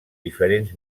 diferents